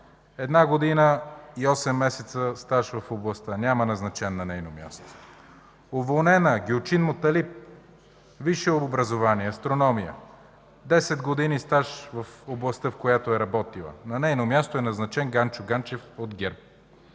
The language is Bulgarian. една година и осем месеца стаж в областта. Няма назначен на нейно място. Уволнена: Гюлчин Муталиб. Висше образование астрономия, 10 години стаж в областта, в която е работила. На нейно място е назначен Ганчо Ганчев от ГЕРБ.